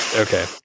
Okay